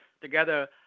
together